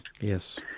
Yes